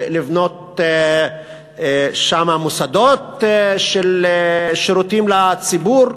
לבנות שם מוסדות של שירותים לציבור.